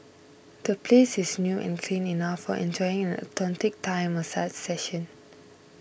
the place is new and clean enough for enjoying an authentic Thai massage session